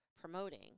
promoting